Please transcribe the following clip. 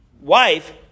wife